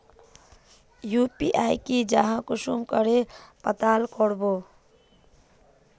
UPI की जाहा कुंसम करे पता करबो?